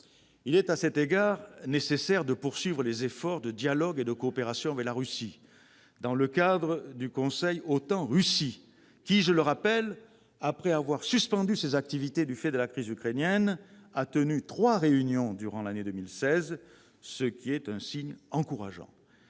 Il est à cet égard nécessaire de poursuivre les efforts de dialogue et de coopération avec la Russie dans le cadre du conseil OTAN-Russie, qui, après avoir suspendu ses activités du fait de la crise ukrainienne, a tenu trois réunions durant l'année 2016, ce qui est un signe encourageant.